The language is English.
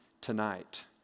tonight